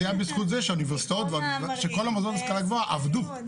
זה היה בזכות זה שכל המוסדות להשכלה גבוהה עבדו.